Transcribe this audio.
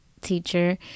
teacher